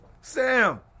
Sam